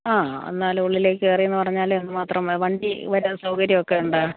ആ ആ എന്നാൽ ഉള്ളിലേക്ക് കയറി എന്ന് പറഞ്ഞാൽ എന്തുമാത്രം വണ്ടി വരാൻ സൗകര്യം ഒക്കെ ഉണ്ടോ